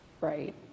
Right